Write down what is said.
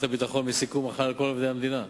הביטחון מסיכום שחל על כל עובדי המדינה.